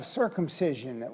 circumcision